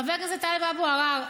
חבר הכנסת טלב אבו עראר,